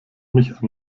mich